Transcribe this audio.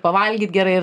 pavalgyt gerai ir